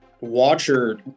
watcher